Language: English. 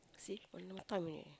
see only like five minute only